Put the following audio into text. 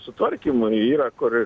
sutvarkymui yra kur